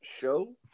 show